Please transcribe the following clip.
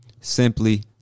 Simply